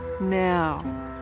now